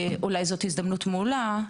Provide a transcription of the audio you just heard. אולי זאת הזדמנות מעולה,